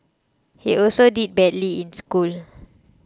he also did badly in school